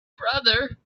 brother